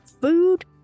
food